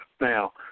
Now